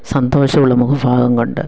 സന്തോഷമുള്ള മുഖ ഭാവം കൊണ്ട്